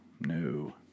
no